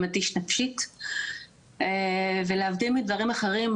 זה מתיש נפשית ולהבדיל מדברים אחרים,